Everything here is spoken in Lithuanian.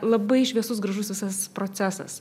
labai šviesus gražus visas procesas